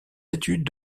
études